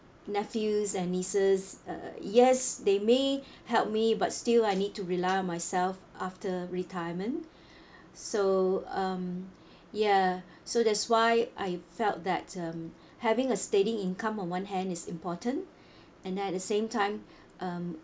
nephews and nieces uh yes they may help me but still I need to rely on myself after retirement so um ya so that's why I felt that um having a steady income on one hand is important and at the same time um